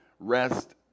Rest